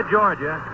Georgia